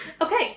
Okay